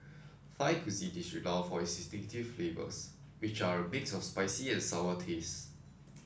Thai cuisine is renowned for its distinctive flavors which are a mix of spicy and sour taste